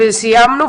וסיימנו.